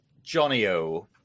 Johnny-O